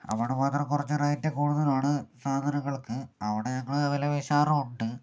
അവിടെ മാത്രം കുറച്ച് റേറ്റ് കൂടുതലാണ് സാധനങ്ങൾക്ക് അവിടെ ഞങ്ങൾ വില പേശാറും ഉണ്ട്